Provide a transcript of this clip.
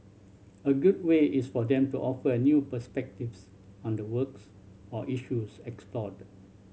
a good way is for them to offer new perspectives on the works or issues explored